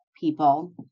people